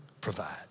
provide